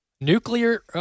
nuclear